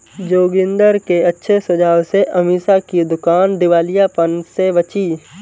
जोगिंदर के अच्छे सुझाव से अमीषा की दुकान दिवालियापन से बची